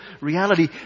reality